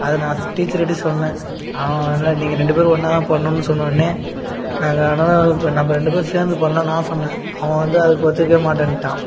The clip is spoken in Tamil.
அதை நான் டீச்சர் கிட்டையும் சொன்னேன் அவன் இல்லை நீங்கள் ரெண்டு பேரும் ஒன்றாதான் பண்ணணுன்னு சொன்னோன்னே நாங்கள் அதனால் நம்ப ரெண்டு பேரும் சேர்ந்து பண்ணலானு நான் சொன்னேன் அவன் வந்து அதுக்கு ஒத்துக்கவே மாட்டேன்ட்டான்